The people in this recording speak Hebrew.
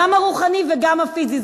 גם הרוחני וגם הפיזי.